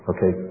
Okay